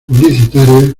publicitarias